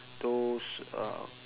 those uh